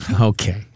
Okay